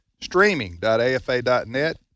streaming.afa.net